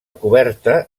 coberta